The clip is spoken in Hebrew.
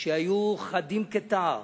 שהיו חדים כתער,